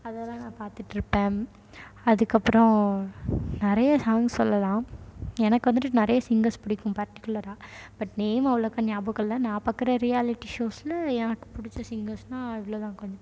அதை தான் நான் பார்த்துட்ருப்பேன் அதுக்கப்புறம் நிறைய சாங்ஸ் சொல்லலாம் எனக்கு வந்துவிட்டு நிறைய சிங்கர்ஸ் பிடிக்கும் பர்டிகுலராக பட் நேம் அவ்வளோக்கா ஞாபகம் இல்லை நான் பார்க்கற ரியாலிட்டி ஷோஸில் எனக்கு பிடிச்ச சிங்கர்ஸுனா இவ்வளோ தான் கொஞ்சம்